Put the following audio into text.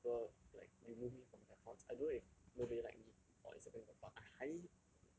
and a lot of people like remove me from their accounts I don't know if nobody like me or instagram got bug I highly